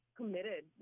committed